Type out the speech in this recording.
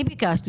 אני ביקשתי